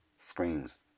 screams